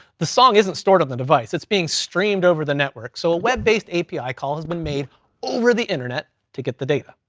the song isn't stored on the device. it's being streamed over the network, so a web based api call has been made over the internet to get the data.